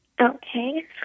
Okay